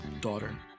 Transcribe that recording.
daughter